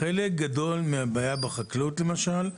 חלק גדול מהבעיה בחקלאות למשל,